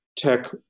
Tech